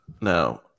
No